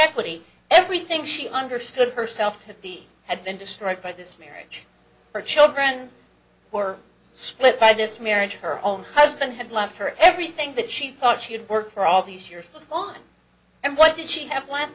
equity everything she understood her self to be had been destroyed by this marriage her children were split by this marriage her own husband had left her everything that she thought she had worked for all these years on and what did she have one